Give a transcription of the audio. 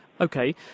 Okay